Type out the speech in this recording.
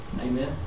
Amen